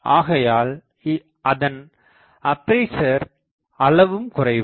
ஆகையால் அதன் அப்பேசர் அளவும் குறைவு